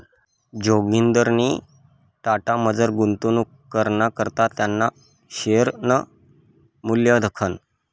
जोगिंदरनी टाटामझार गुंतवणूक कराना करता त्याना शेअरनं मूल्य दखं